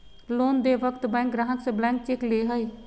loan देय वक्त bank ग्राहक से ब्लैंक चेक ले हइ